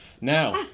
Now